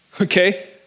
okay